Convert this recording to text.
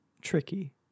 Tricky